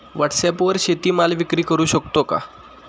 व्हॉटसॲपवर शेती माल विक्री करु शकतो का?